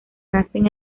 nacen